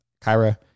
Kyra